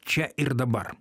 čia ir dabar